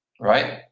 Right